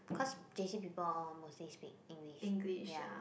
cause J_C people all mostly speak english ya